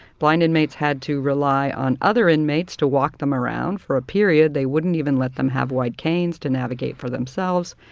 blind inmates had to rely on other inmates to walk them around, for a period they wouldn't even let them have white canes to navigate for themselves.